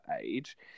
age